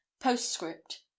Postscript